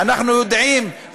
אנחנו יודעים,